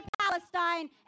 Palestine